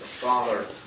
father